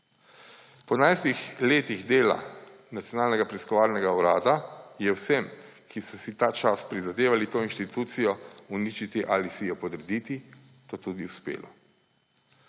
Po enajstih letih dela Nacionalnega preiskovalnega urada je vsem, ki so si ta čas prizadevali to inštitucijo uničiti ali si jo podrediti, to tudi uspelo.